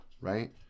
right